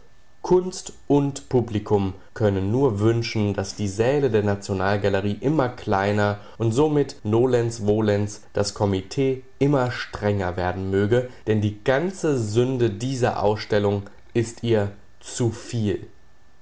kunst und publikum können nur wünschen daß die säle der national galerie immer kleiner und somit nolens volens das comit immer strenger werden möge denn die ganze sünde dieser ausstellung ist ihr zuviel